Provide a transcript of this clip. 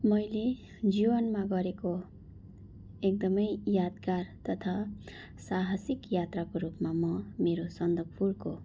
मैले जीवनमा गरेको एकदमै यादगार तथा साहसिक यात्राको रूपमा म मेरो सन्दकपूको